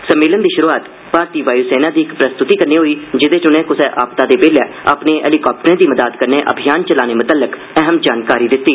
सम्मेलन दी शुरुआत भारती वायु सेना दी इक प्रस्तुति कन्नै होई जेह्दे च उनें कुसा आपदा दे बेल्लै अपने हैलीकाप्टरें दी मदाद कन्नै अभियान चलाने मुतल्लक जानकारी दित्ती